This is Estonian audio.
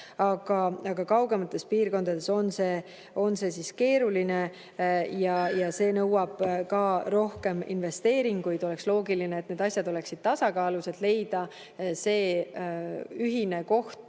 aga kaugemates piirkondades on see keeruline ja see nõuab ka rohkem investeeringuid. Oleks loogiline, et need asjad oleksid tasakaalus. Tuleb leida ühine koht